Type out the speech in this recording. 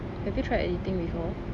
have you tried editing before